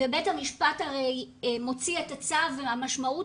ובית המשפט הרי מוציא את הצו והמשמעות